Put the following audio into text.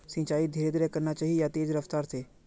सिंचाई धीरे धीरे करना चही या तेज रफ्तार से?